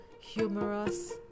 humorous